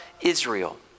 Israel